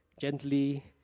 gently